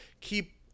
keep